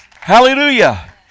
Hallelujah